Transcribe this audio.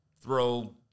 Throw